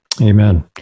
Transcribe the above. amen